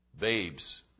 babes